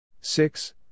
Six